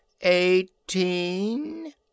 eighteen